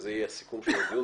וזה יהיה הסיכום שיביאו.